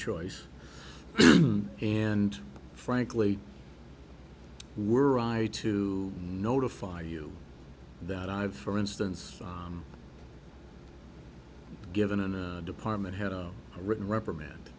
choice and frankly were ride to notify you that i've for instance given a new department had a written reprimand